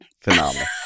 phenomenal